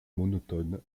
monotone